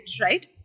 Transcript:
right